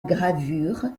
gravure